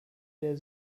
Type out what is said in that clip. der